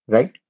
Right